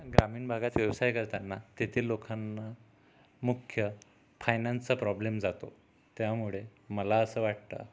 ग्रामीण भागात व्यवसाय करताना तेथील लोकांना मुख्य फायनान्सचा प्रॉब्लेम जातो त्यामुळे मला असं वाटतं